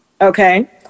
Okay